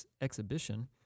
exhibition